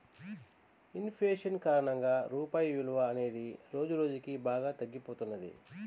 in fashion కారణంగా రూపాయి విలువ అనేది రోజురోజుకీ బాగా తగ్గిపోతున్నది